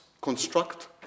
construct